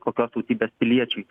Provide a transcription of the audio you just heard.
kokios tautybės piliečiui